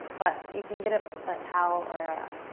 but you can get a ah towel or